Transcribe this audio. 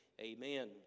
amen